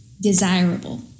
desirable